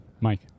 Mike